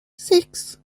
six